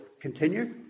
continue